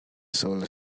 solar